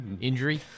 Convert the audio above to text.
injury